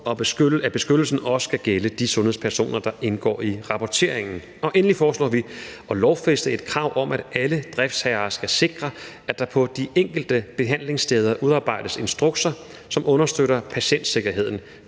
at beskyttelsen også skal gælde de sundhedspersoner, der indgår i rapporteringen. Endelig foreslår vi at lovfæste et krav om, at alle driftsherrer skal sikre, at der på de enkelte behandlingssteder udarbejdes instrukser, som understøtter patientsikkerheden.